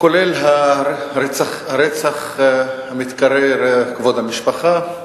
כולל הרצח המתקרא "כבוד המשפחה".